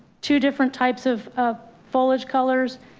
two different types of of foliage colors,